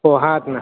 हो हात ना